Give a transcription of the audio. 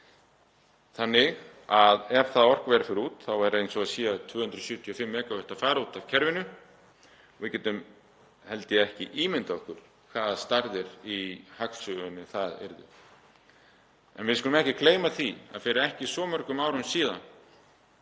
mánuði, ef það orkuver fer út er eins og það séu 275 MW að fara út af kerfinu. Við getum, held ég, ekki ímyndað okkur hvaða stærðir í hagsögunni það yrðu. En við skulum ekki gleyma því að fyrir ekki svo mörgum árum síðan,